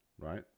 right